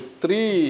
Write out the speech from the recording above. three